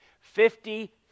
Fifty